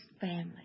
family